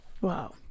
Wow